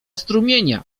strumienia